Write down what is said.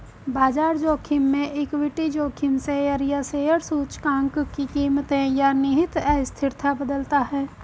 बाजार जोखिम में इक्विटी जोखिम शेयर या शेयर सूचकांक की कीमतें या निहित अस्थिरता बदलता है